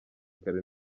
kare